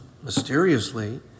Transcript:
mysteriously